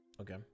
okay